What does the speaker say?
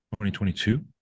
2022